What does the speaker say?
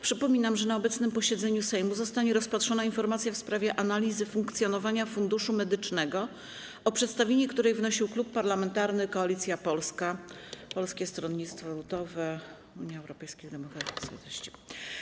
Przypominam, że na obecnym posiedzeniu Sejmu zostanie rozpatrzona informacja w sprawie analizy funkcjonowania Funduszu Medycznego, o przedstawienie której wnosił Klub Parlamentarny Koalicja Polska - Polskie Stronnictwo Ludowe, Unia Europejskich Demokratów, Konserwatyści.